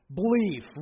belief